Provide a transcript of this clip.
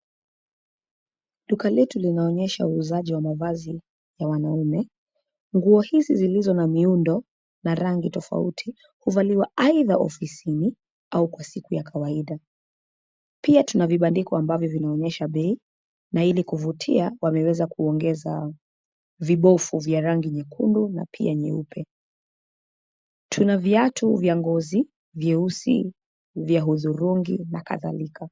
Duka letu linaonyesha uuzaji wa mavazi ya wanaume. Nguo hizi zilizo na miundo na rangi tofauti, huvaliwa aidha ofisini au kwa siku ya kawaida. Pia tuna vibandiko ambavyo vinaonyesha bei na ili kuvutia, wameweza kuongeza vibofu vya rangi nyekundu na pia nyeupe. Tuna viatu vya ngozi vyeusi, vya hudhurungi na kadhalika.